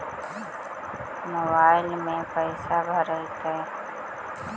Mobile में पैसा भरैतैय?